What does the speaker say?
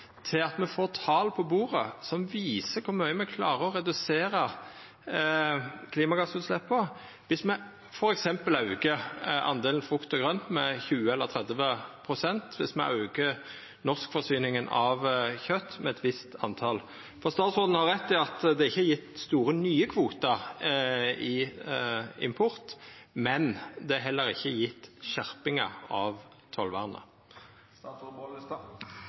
til at me får tal på bordet som viser kor mykje me klarer å redusera klimagassutsleppa om me f.eks. aukar delen frukt og grønt med 20 pst. eller 30 pst., og om me aukar norskforsyninga av kjøt med eit visst tal? Statsråden har rett i at det ikkje er gjeve store nye kvotar import, men det er heller ikkje gjeve skjerpingar av tollvernet.